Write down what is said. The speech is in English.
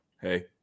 hey